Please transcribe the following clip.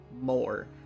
more